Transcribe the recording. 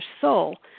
soul